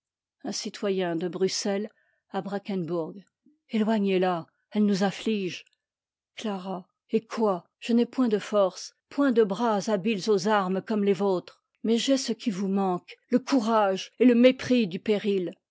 un citoyen de bnuxeues à nfcaek om éloignez la elle nous afoige claba eh quoi je n'ai point de force point de bras habiles aux armes comme les vôtres mais j'ai ce qui vous manque le courage et le mépris du pé